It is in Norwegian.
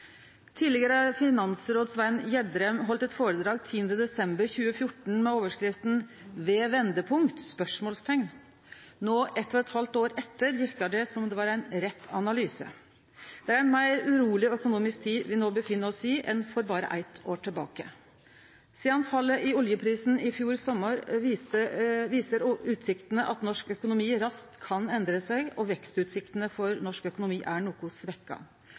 tidlegare finansråden Svein Gjedrem heldt eit foredrag 10. desember 2014 med overskrifta «Ved vendepunkt?». No, 1,5 år etter, verkar det som det var ein rett analyse. Det er ei meir uroleg økonomisk tid me no er i enn for berre eitt år sidan. Sidan fallet i oljeprisen i fjor sommar viser utsiktene at norsk økonomi raskt kan endre seg, og vekstutsiktene for norsk økonomi er noko